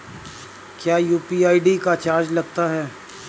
क्या UPI ID का charge लगता है?